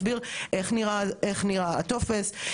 יש דברים שהם בעברית שהם לא יהיו לך ברורים,